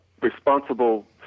responsible